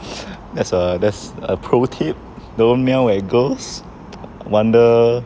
that's a that's a pro tip don't meow girls wonder